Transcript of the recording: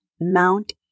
Mount